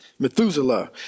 Methuselah